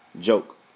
joke